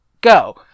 go